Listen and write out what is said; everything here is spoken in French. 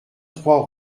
trois